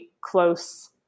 close